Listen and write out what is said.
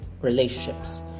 relationships